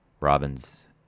Robin's